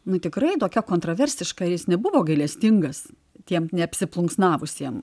nu tikrai tokia kontroversiška ir jis nebuvo gailestingas tiem neapsiplunksnavusiem